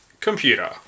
computer